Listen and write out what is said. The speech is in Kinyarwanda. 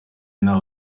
nta